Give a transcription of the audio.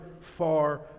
far